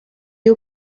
you